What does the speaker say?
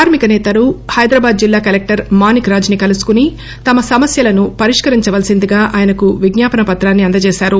కార్మిక నేతలు హైదరాబాద్ జిల్లా కలెక్షర్ మానిక్ రాజ్ ని కలుసుకుని తమ సమస్యలను పరిష్కరించవలసిందిగా ఆయనకు విజ్ఞాపన పత్రాన్ని అందజేశారు